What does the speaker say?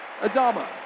Adama